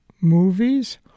movies